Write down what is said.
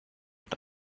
und